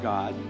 God